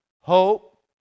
hope